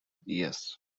yes